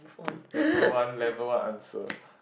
level one level one answer